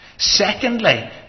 Secondly